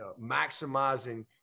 maximizing